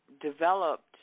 developed